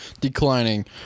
declining